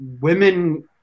Women